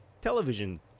television